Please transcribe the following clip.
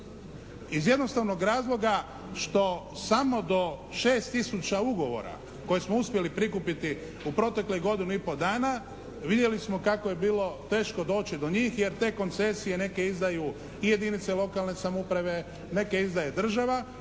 Iz jednostavno razloga što samo do 6 tisuća ugovora koje smo uspjeli prikupiti u proteklih godinu i pol dana, vidjeli smo kako je bilo teško doći do njih jer te koncesije neke izdaju i jedinice lokalne samouprave, neke izdaje države.